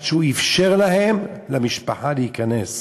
עד שהוא אפשר להם, למשפחה, להיכנס.